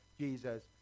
Jesus